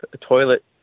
toilet